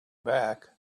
back